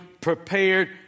prepared